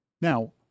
now